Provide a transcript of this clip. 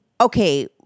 okay